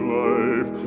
life